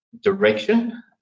direction